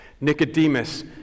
Nicodemus